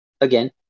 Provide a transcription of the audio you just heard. again